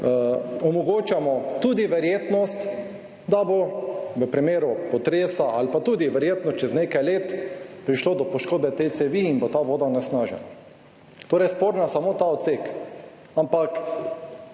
omogočamo tudi verjetnost, da bo v primeru potresa ali pa tudi verjetno čez nekaj let prišlo do poškodbe te cevi in bo ta voda onesnažena torej sporna samo ta odsek. Ampak